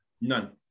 None